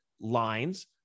lines